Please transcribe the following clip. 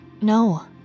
No